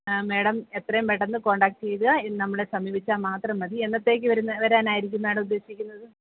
madam എത്രയും പെട്ടന്ന് contact ചെയ്ത് നമ്മളെ സമീപിച്ചാൽ മാത്രം മതി എന്നത്തേക്ക് വരുന്നേ വരാനാരിക്കും മേഡം ഉദ്ദേശിക്കുന്നത്